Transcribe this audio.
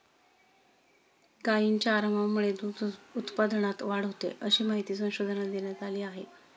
गायींच्या आरामामुळे दूध उत्पादनात वाढ होते, अशी माहिती संशोधनात देण्यात आली आहे